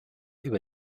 über